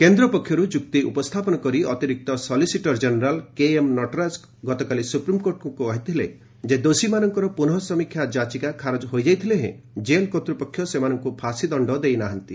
କେନ୍ଦ୍ର ପକ୍ଷରୁ ଯୁକ୍ତି ଉପସ୍ଥାପନ କରି ଅତିରିକ୍ତ ସଲିସିଟର କେନେରାଲ୍ କେଏମ୍ ନଟରାଜ ଗତକାଲି ସୁପ୍ରିମକୋର୍ଟଙ୍କୁ କହିଥିଲେ ଯେ ଦୋଷୀମାନଙ୍କର ପୁନଃସମୀକ୍ଷା ଯାଚିକା ଖାରଜ ହୋଇଯାଇଥିଲେ ହେଁ ଜେଲ୍ କର୍ତ୍ତୃପକ୍ଷ ସେମାନଙ୍କୁ ଫାଶୀଦଣ୍ଡ ଦେଇନାହାନ୍ତି